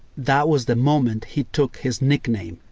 that was the moment he took his nickname.